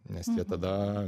nes tada